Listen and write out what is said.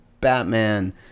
Batman